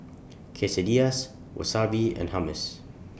Quesadillas Wasabi and Hummus